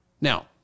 Now